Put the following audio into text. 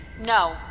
No